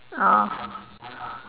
ah